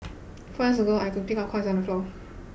four years ago I could pick up coins on the floor